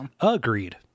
Agreed